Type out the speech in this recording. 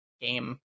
game